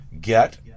get